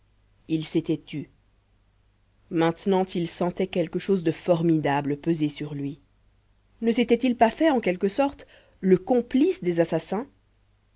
il s'était tu maintenant il sentait quelque chose de formidable peser sur lui ne s'était-il pas fait en quelque sorte le complice des assassins